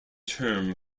term